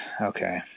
Okay